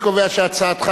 אני קובע שהצעתך,